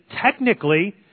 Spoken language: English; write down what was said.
technically